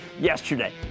yesterday